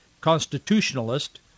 constitutionalist